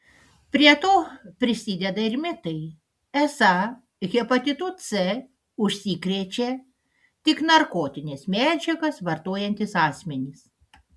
prie to prisideda ir mitai esą hepatitu c užsikrečia tik narkotines medžiagas vartojantys asmenys